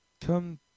Come